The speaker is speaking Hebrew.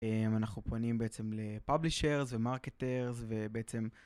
אנחנו פונים בעצם לפאבלישרס ומרקטרס ובעצם